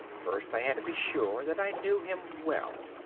first i had to be sure that i knew him well.